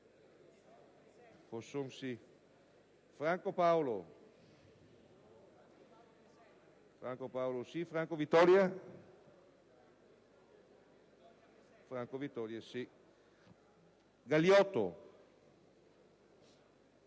Franco Paolo, Franco Vittoria Galioto,